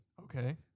okay